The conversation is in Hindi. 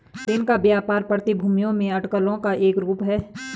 दिन का व्यापार प्रतिभूतियों में अटकलों का एक रूप है